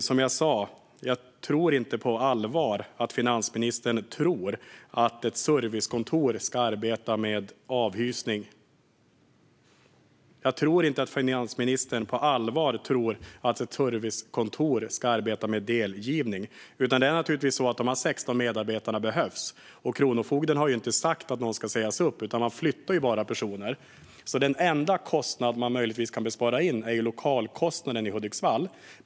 Som jag sa: Jag tror inte på allvar att finansministern tror att ett servicekontor ska arbeta med avhysning eller delgivning. Naturligtvis behövs de 16 medarbetare som finns där i dag, och Kronofogden har inte sagt att de ska sägas upp, utan man flyttar bara personer. Den enda kostnad man möjligen kan spara in är alltså lokalkostnaden i Hudiksvall.